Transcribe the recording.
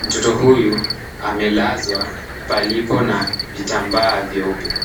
,mtoto huyu amelazwa palipo na vitambaa vyeupe.